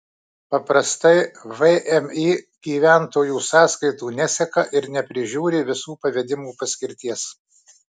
paprastai vmi gyventojų sąskaitų neseka ir neprižiūri visų pavedimų paskirties